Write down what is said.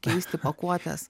keisti pakuotes